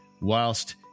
whilst